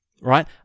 Right